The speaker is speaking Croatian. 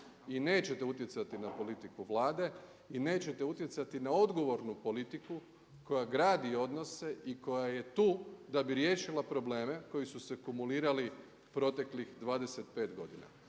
i nećete utjecati na politiku Vlade i nećete utjecati na odgovornu politiku koja gradi odnose i koja je tu da bi riješila probleme koji su se kumulirali proteklih 25 godina